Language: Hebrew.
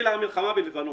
התחילה המלחמה בלבנון.